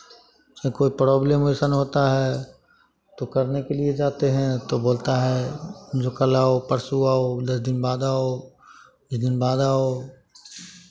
चाहे कोई प्रॉब्लम ऐसन होता है तो करने के लिए जाते हैं तो बोलता है जो कल आओ परसों आओ दस दिन बाद आओ बीस दिन बाद आओ